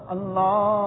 Allah